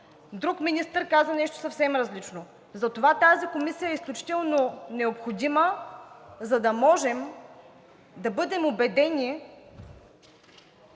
Друг министър каза нещо съвсем различно. Затова тази комисия е изключително необходима, за да можем да бъдем убедени